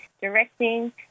directing